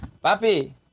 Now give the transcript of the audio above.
Papi